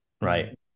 Right